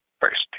first